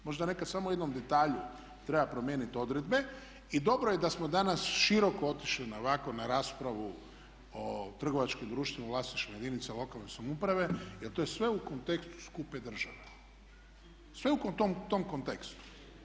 Možda nekad samo u jednom detalju treba promijeniti odredbe i dobro je da smo danas široko otišli ovako na raspravu o trgovačkim društvima u vlasništvu jedinica lokalne samouprave, jer to je sve u kontekstu skupe države, sve u tom kontekstu.